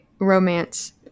romance